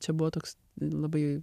čia buvo toks labai